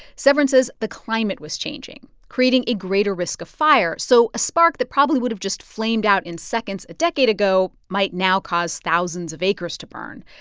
severin says the climate was changing, creating a greater risk of fire. so a spark that probably would've just flamed out in seconds a decade ago might now cause thousands of acres to burn.